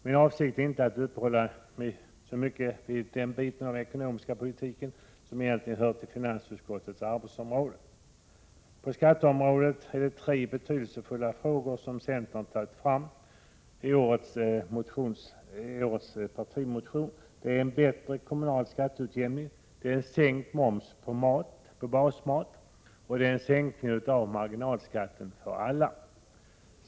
Min avsikt är inte att uppehålla mig så mycket vid den biten av den ekonomiska politiken, eftersom den egentligen hör till finansutskottets arbetsområde. På skatteområdet har centern i årets partimotion framhållit tre betydelsefulla frågor: en bättre kommunal skatteutjämning, en sänkning av momsen på basmat och en sänkning av marginalskatten för alla.